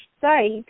site